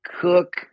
cook